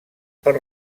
per